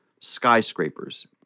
skyscrapers